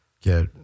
get